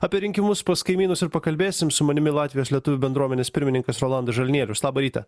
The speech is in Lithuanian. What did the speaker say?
apie rinkimus pas kaimynus ir pakalbėsim su manimi latvijos lietuvių bendruomenės pirmininkas rolandas žalnierius labą rytą